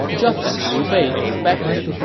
just as liu bei expected,